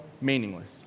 meaningless